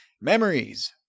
Memories